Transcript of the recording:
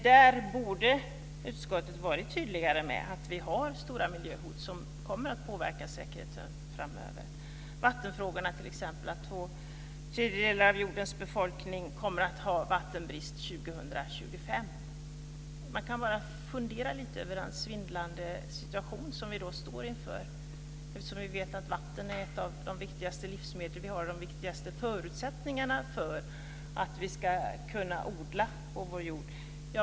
Där borde utskottet ha varit tydligare med att tala om att vi har stora miljöhot som kommer att påverka säkerheten framöver. Vattenfrågorna är t.ex. ett sådant hot. Två tredjedelar av jordens befolkning kommer att ha vattenbrist 2025. Man kan fundera lite över den svindlande situation som vi står inför. Vi vet att vatten är ett av de viktigaste livsmedel vi har, en av de viktigaste förutsättningarna för att vi ska kunna odla på vår jord.